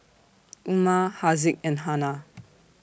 Umar Haziq and Hana